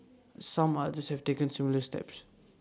some others have taken similar steps